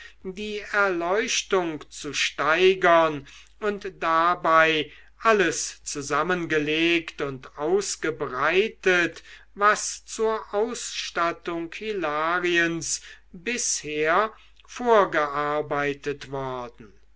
die erleuchtung zu steigern und dabei alles zusammengelegt und ausgebreitet was zur ausstattung hilariens bisher vorgearbeitet worden